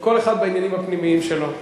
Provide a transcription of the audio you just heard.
כל אחד בעניינים הפנימיים שלו.